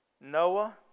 Noah